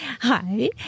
Hi